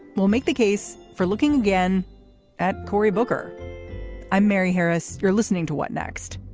will make the case for looking again at cory booker i'm mary harris. you're listening to what next.